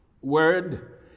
word